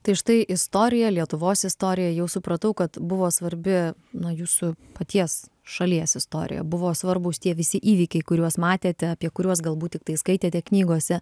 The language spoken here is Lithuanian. tai štai istorija lietuvos istorija jau supratau kad buvo svarbi na jūsų paties šalies istorija buvo svarbūs tie visi įvykiai kuriuos matėte apie kuriuos galbūt tiktai skaitėte knygose